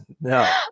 No